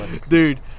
Dude